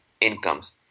incomes